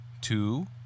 Two